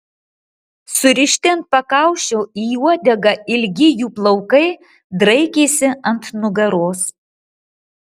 surišti ant pakaušio į uodegą ilgi jų plaukai draikėsi ant nugaros